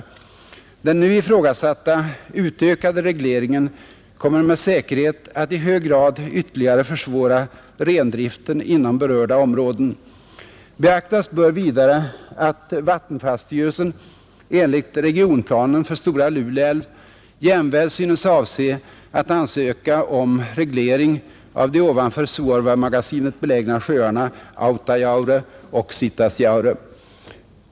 Den nu ifrågasatta utökade regleringen kommer med säkerhet att i hög grad ytterligare försvåra rendriften inom berörda områden. Beaktas bör vidare att vattenfallsstyrelsen enligt regionplanen för Stora Luleälv jämväl synes avse att ansöka om reglering av de ovanför Suorvamagasinet belägna sjöarna Autajaure och Sitasjaure.